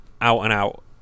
out-and-out